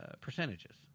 percentages